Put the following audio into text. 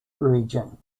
region